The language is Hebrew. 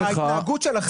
ההתנהגות שלכם היא חמורה.